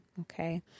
Okay